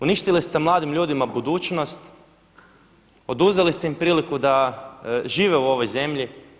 Uništili ste mladim ljudima budućnost, oduzeli ste im priliku da žive u ovoj zemlji.